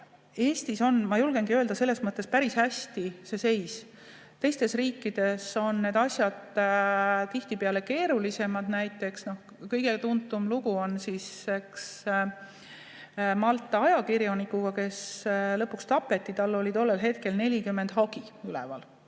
Eestis on, ma julgen öelda, selles mõttes seis päris hea. Teistes riikides on need asjad tihtipeale keerulisemad. Näiteks on kõige tuntum lugu Malta ajakirjanikuga, kes lõpuks tapeti ja kellel oli tollel hetkel üleval